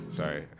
Sorry